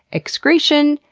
excretion,